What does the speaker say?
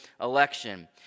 election